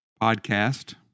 podcast